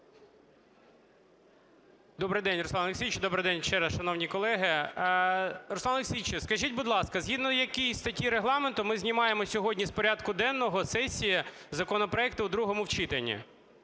Добрий день Руслане Олексійовичу. Добрий день ще раз, шановні колеги! Руслане Олексійовичу, скажіть, будь ласка, згідно якої статті Регламенту ми знімаємо сьогодні з порядку денного сесії законопроекти в другому читанні?